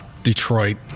detroit